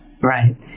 Right